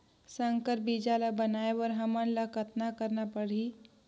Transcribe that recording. संकर बीजा ल बनाय बर हमन ल कतना करना परही?